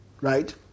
Right